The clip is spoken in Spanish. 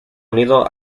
unido